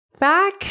back